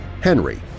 Henry